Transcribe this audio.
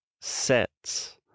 sets